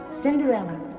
Cinderella